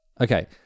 Okay